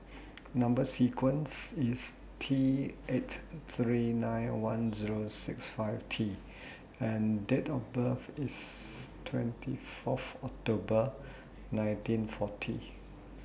Number sequence IS T eight three nine one Zero six five T and Date of birth IS twenty Fourth October nineteen forty